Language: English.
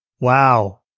Wow